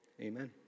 Amen